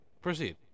Proceed